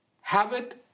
habit